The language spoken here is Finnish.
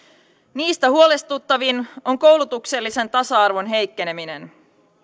niistä huolestuttavin on koulutuksellisen tasa arvon heikkeneminen